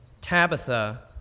Tabitha